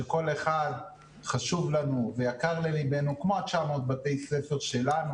שכל אחד חשוב לנו ויקר לליבנו כמו ה-900 בתי הספר שלנו.